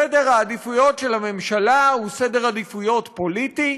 סדר העדיפויות של הממשלה הוא סדר עדיפויות פוליטי.